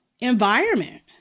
environment